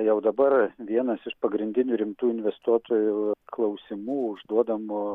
jau dabar vienas iš pagrindinių rimtų investuotojų klausimų užduodamų